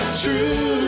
True